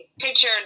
picture